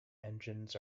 engines